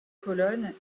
colonnes